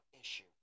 issue